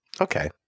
Okay